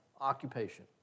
occupation